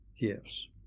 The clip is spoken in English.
gifts